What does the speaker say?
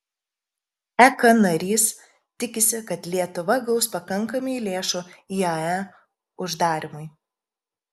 ek narys tikisi kad lietuva gaus pakankamai lėšų iae uždarymui